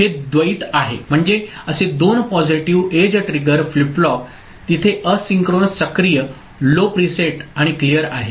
हे द्वैत आहे म्हणजे असे दोन positive edge trigger flip flop तिथे असिंक्रॉनस सक्रिय लो प्रीसेट आणि क्लीयर आहे